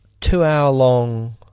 two-hour-long